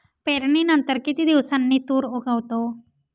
पेरणीनंतर किती दिवसांनी तूर उगवतो?